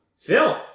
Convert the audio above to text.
Phil